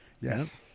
Yes